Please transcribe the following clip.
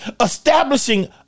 Establishing